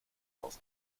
aus